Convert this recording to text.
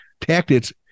tactics